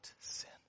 sin